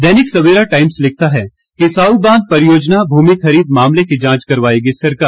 दैनिक Savera Times लिखता है किसाऊ बांध परियोजना भूमि खरीद मामले की जांच करवाएगी सरकार